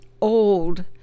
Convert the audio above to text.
old